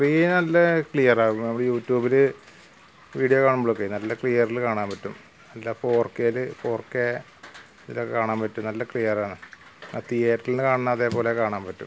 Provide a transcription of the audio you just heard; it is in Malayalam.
സ്ക്രീന് നല്ല ക്ലിയറാണ് യു ട്യൂബില് വീഡിയോ കാണുമ്പോളൊക്കെ നല്ല ക്ലിയറില് കാണാന് പറ്റും ഫോര് കേയില് ഫോര് കെ ഇതൊക്കെ കാണാന് പറ്റും നല്ല ക്ലിയറാണ് തിയേറ്ററീല് കാണുന്ന അതേപോലെ കാണാന് പറ്റും